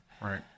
right